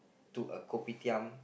to a Kopitiam